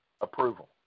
approval